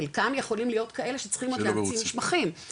חלקם יכולים להיות כאלה שצריכים עוד להמציא מסמכים,